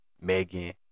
Megan